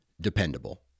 dependable